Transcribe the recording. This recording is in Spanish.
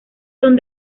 son